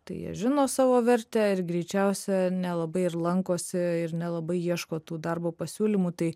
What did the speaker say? tai jie žino savo vertę ir greičiausia nelabai ir lankosi ir nelabai ieško tų darbo pasiūlymų tai